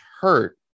hurt